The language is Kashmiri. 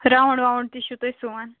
راوُنٛڈ واوُنٛڈ تہِ چھُو تُہۍ سُوان